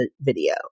video